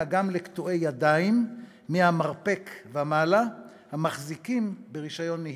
גם לקטועי ידיים מהמרפק ומעלה המחזיקים ברישיון נהיגה.